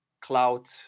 Cloud